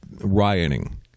rioting